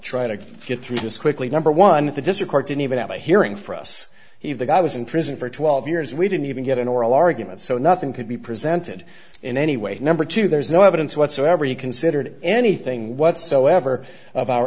try to get through this quickly number one the district court didn't even have a hearing for us he the guy was in prison for twelve years we didn't even get an oral argument so nothing could be presented in any way number two there's no evidence whatsoever you considered anything whatsoever of our